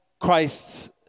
Christ's